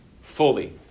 fully